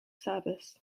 service